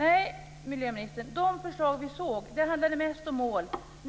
Nej, miljöministern, de förslag vi hörde handlade mest om mål.